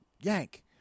Yank